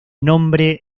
nombre